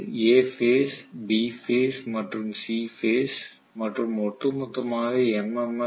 இது A phase B phase மற்றும் C phase மற்றும் ஒட்டுமொத்த எம்